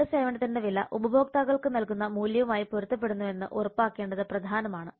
നമ്മുടെ സേവനത്തിന്റെ വില ഉപഭോക്താക്കൾക്ക് നൽകുന്ന മൂല്യവുമായി പൊരുത്തപ്പെടുന്നുവെന്ന് ഉറപ്പാക്കേണ്ടത് പ്രധാനമാണ്